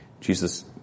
Jesus